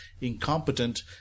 incompetent